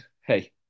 Hey